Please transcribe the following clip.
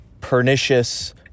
pernicious